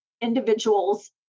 individual's